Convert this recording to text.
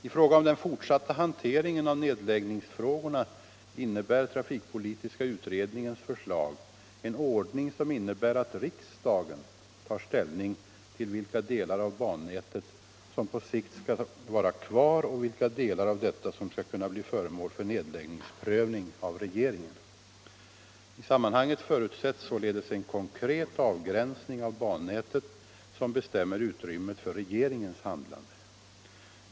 I fråga om den fortsatta hanteringen av nedläggningsfrågorna innebär trafikpolitiska utredningens förslag en ordning som medför att riksdagen tar ställning till vilka delar av bannätet som på sikt skall vara kvar och vilka delar av detta som skall kunna bli föremål för nedläggningsprövning av regeringen. I sammanhanget förutsätts således en konkret avgränsning av bannätet som bestämmer utrymmet för regeringens handlande.